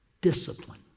discipline